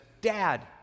Dad